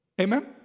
Amen